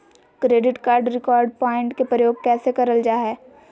Credit card reward point के प्रयोग कैसे करल जा है?